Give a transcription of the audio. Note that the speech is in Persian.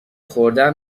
خوردن